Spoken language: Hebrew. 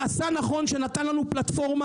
והוא עשה נכון בכך שהוא נתן לנו פלטפורמה.